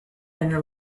and